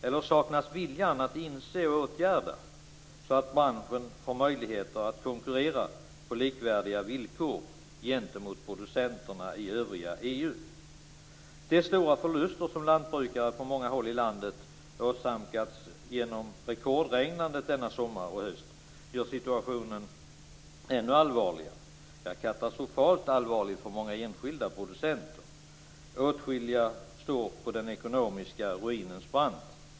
Eller saknas viljan att inse behovet av åtgärder så att branschen får möjligheter att konkurrera på likvärdiga villkor gentemot producenterna i övriga EU. De stora förluster som lantbrukare på många håll i landet åsamkats genom rekordregnandet denna sommar och höst gör situationen ännu allvarligare. Den är katastrofalt allvarlig för många enskilda producenter. Åtskilliga står på den ekonomiska ruinens brant.